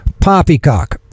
poppycock